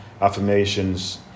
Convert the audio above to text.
affirmations